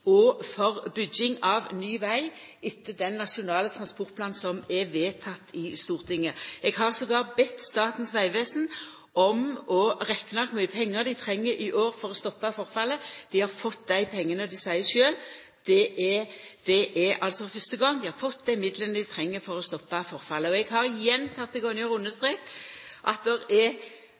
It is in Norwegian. og for bygging av ny veg etter den nasjonale transportplanen som er vedteken i Stortinget. Eg har attpåtil bedt Statens vegvesen om å rekna ut kor mykje pengar dei treng i år for å stoppa forfallet. Dei har fått dei pengane, og dei seier sjølve at det er fyrste gongen dei har fått dei midlane dei treng for å stoppa forfallet. Eg har gjentekne gonger understreka at det er